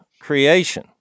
creation